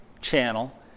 channel